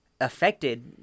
affected